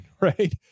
right